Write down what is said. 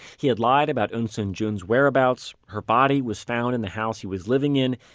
he had lied about eunsoon jun's whereabouts. her body was found in the house he was living in.